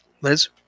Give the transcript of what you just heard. Liz